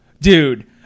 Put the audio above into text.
Dude